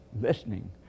listening